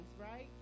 right